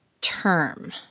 term—